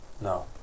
no